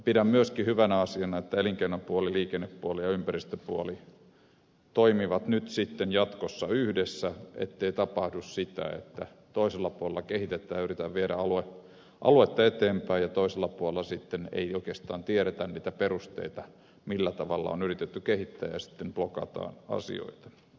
pidän myöskin hyvänä asiana sitä että elinkeinopuoli liikennepuoli ja ympäristöpuoli toimivat nyt sitten jatkossa yhdessä ettei tapahdu sitä että toisella puolella kehitetään ja yritetään viedä aluetta eteenpäin ja toisella puolella sitten ei oikeastaan tiedetä niitä perusteita millä tavalla on yritetty kehittää ja sitten blokataan asioita